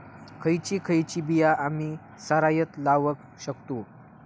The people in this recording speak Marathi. खयची खयची बिया आम्ही सरायत लावक शकतु?